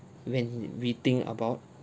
when we think about